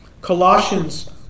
Colossians